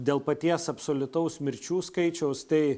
dėl paties absoliutaus mirčių skaičiaus tai